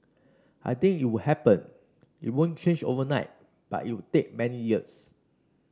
I think it would happen it won't change overnight but it would take many years